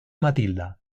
matilda